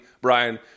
Brian